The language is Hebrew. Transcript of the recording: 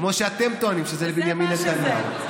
כמו שאתם טוענים, שזה בנימין נתניהו.